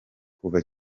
kuva